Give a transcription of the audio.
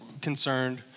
concerned